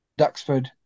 Duxford